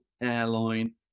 airline